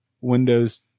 windows